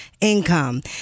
income